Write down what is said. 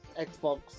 xbox